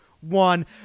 one